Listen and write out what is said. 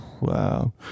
wow